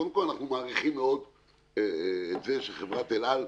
קודם כל אנחנו מעריכים מאוד את זה שחברת אל על ממשיכה,